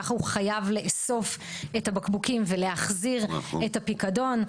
ככה הוא חייב לאסוף את הבקבוקים ולהחזיר את הפיקדון.